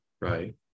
right